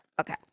Okay